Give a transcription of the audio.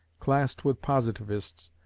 classed with positivists,